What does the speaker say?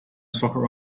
soccer